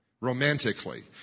romantically